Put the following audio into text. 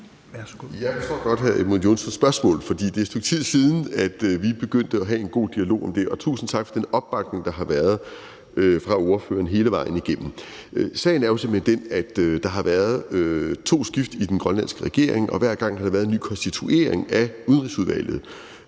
Jeg forstår godt hr. Edmund Joensens spørgsmål, for det er et stykke tid siden, at vi begyndte at have en god dialog om det, og tusind tak for den opbakning, der har været fra ordføreren hele vejen igennem. Sagen er jo simpelt hen den, at der har været to skift i den grønlandske regering, og hver gang har der samtidig helt naturligt været en ny konstituering af Udenrigsudvalget.